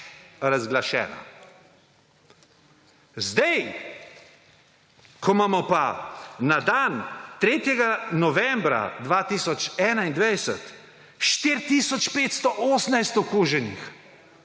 razglašena. Sedaj, ko imamo pa na dan 3. novembra 2021 4 tisoč 518 okuženih